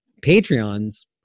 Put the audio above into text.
Patreons